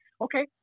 okay